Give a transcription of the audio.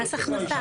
מס הכנסה.